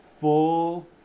full